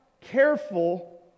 careful